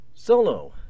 Solo